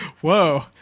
Whoa